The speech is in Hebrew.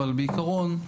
בעיקרון,